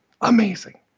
amazing